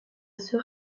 sœur